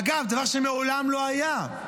אגב, דבר שמעולם לא היה.